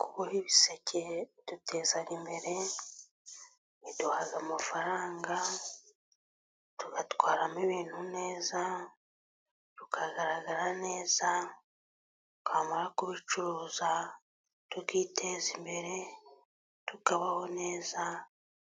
Kuboha ibiseke biduteza imbere, biduha amafaranga, tugatwaramo ibintu neza, tukagaragara neza. Twamara kubicuruza tukiteza imbere tukabaho neza